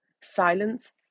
Silence